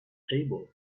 table